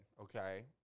okay